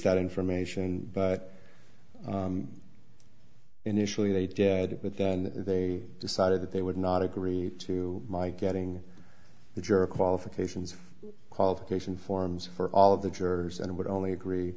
that information but initially they did but then they decided that they would not agree to my getting the jury qualifications qualification forms for all of the jurors and would only agree